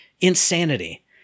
insanity